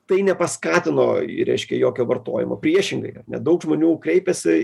tai nepaskatino į reiškia jokio vartojimo priešingai daug žmonių kreipėsi